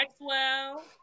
Maxwell